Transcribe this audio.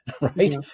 right